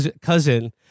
Cousin